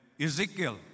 Ezekiel